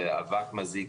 אבק מזיק,